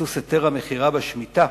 לביסוס היתר המכירה בשמיטה,